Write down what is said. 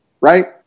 right